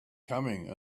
coming